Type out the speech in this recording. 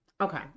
Okay